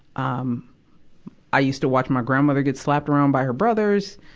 um i used to watch my grandmother get slapped around by her brothers.